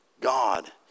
God